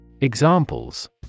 Examples